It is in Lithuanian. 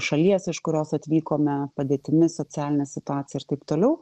šalies iš kurios atvykome padėtimi socialine situacija ir taip toliau